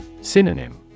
Synonym